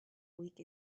week